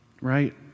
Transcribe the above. right